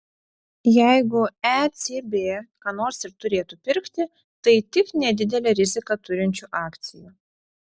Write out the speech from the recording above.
jeigu ecb ką nors ir turėtų pirkti tai tik nedidelę riziką turinčių akcijų